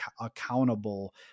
accountable